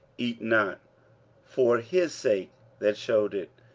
eat not for his sake that shewed it,